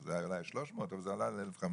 זה היה אולי 300 אבל זה עלה ל-1,500